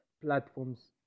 platforms